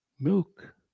Milk